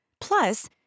Plus